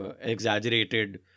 exaggerated